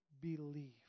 believe